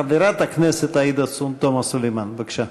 חברת הכנסת עאידה תומא סלימאן, בבקשה.